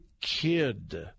kid